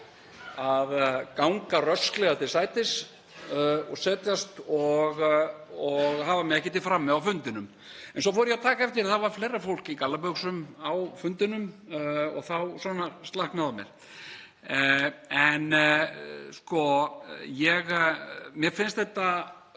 að ganga rösklega til sætis og setjast og hafa mig ekkert frammi á fundinum. En svo fór ég að taka eftir að það var fleira fólk í gallabuxum á fundinum og þá slaknaði á mér. Mér finnst þetta